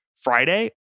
Friday